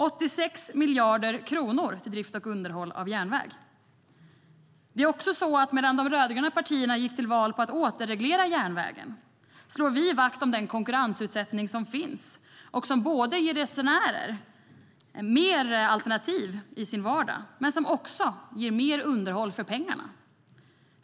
Det handlar om 86 miljarder kronor. Medan de rödgröna partierna gick till val på att återreglera järnvägen slår vi vakt om den konkurrensutsättning som finns och som både ger resenärerna fler alternativ i vardagen och mer underhåll för pengarna.